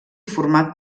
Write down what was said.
format